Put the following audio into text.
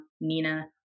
Nina